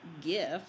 gift